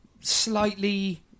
slightly